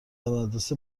مدرسه